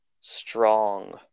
strong